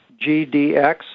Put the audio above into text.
gdx